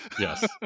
Yes